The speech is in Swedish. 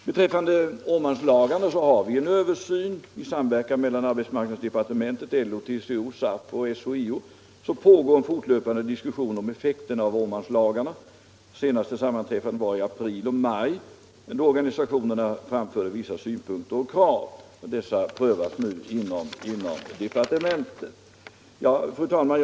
Beträffande Åmanlagarna har vi en översyn. I samverkan mellan arbetsmarknadsdepartementet, LO, TCO, SAF och SHIO pågår en fortlöpande diskussion om effekten av Åmanlagarna. De senaste sammanträffandena ägde rum i april och maj, när organisationerna framförde vissa synpunkter och krav. Dessa prövas nu inom departementet. Fru talman!